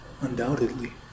undoubtedly